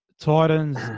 Titans